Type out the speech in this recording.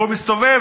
הוא מסתובב,